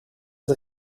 het